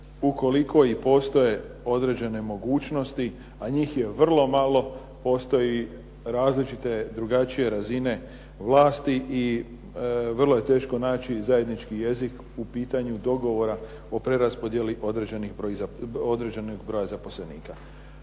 ukoliko i postoje određene mogućnosti, a njih je vrlo malo, postoji i različite, drugačije razine vlasti i vrlo je teško naći zajednički jezik u pitanju dogovora o preraspodjeli određenog broja zaposlenika.